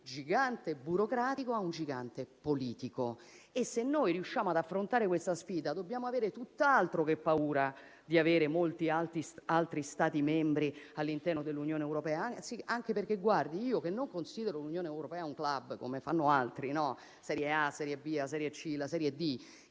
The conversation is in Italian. gigante burocratico a un gigante politico. Se noi riusciamo ad affrontare questa sfida, dobbiamo avere tutt'altro che paura di avere molti altri Stati membri all'interno dell'Unione europea. Io che non considero l'Unione europea un *club*, come fanno altri (serie A, serie B, serie C, serie D),